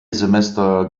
semester